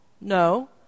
No